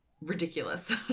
ridiculous